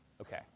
Okay